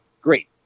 great